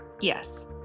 Yes